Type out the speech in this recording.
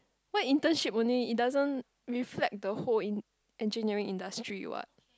what internship only it doesn't reflect the whole in engineering industry [what]